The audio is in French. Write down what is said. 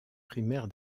primaire